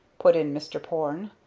put in mr. porne.